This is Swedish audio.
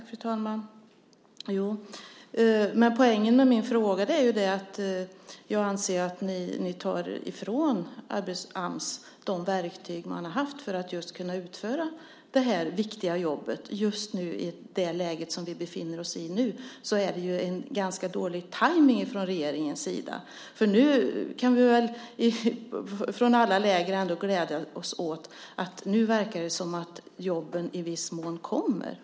Fru talman! Poängen med min fråga är att jag anser att ni tar ifrån Ams de verktyg man har haft för att utföra det viktiga jobbet. I det läge vi befinner oss i nu är det en dålig tajmning från regeringens sida. Nu kan vi från alla läger glädja oss åt att det verkar som om jobben i viss mån kommer.